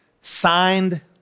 signed